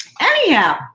Anyhow